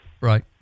Right